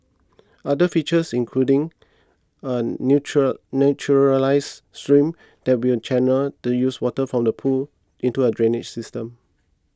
other features including a neutral naturalised stream that will channel the used water from the pool into a drainage system